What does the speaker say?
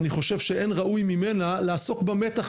אני חושב שאין ראוי ממנה לעסוק במתח